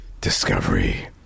discovery